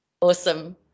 Awesome